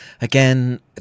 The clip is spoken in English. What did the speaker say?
Again